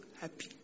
happy